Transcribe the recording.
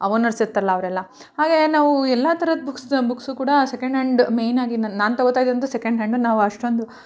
ಆ ಓನರ್ಸ್ ಇರ್ತಾರಲ್ಲ ಅವರೆಲ್ಲ ಹಾಗೇ ನಾವು ಎಲ್ಲ ಥರದ ಬುಕ್ಸ್ದು ಬುಕ್ಸು ಕೂಡ ಸೆಕೆಂಡ್ ಹ್ಯಾಂಡ್ ಮೇಯ್ನಾಗಿ ನಾನು ತೊಗೊಳ್ತಾಯಿದ್ದದ್ದು ಸೆಕೆಂಡ್ ಹ್ಯಾಂಡು ನಾವು ಅಷ್ಟೊಂದು